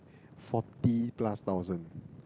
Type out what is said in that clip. forty plus thousand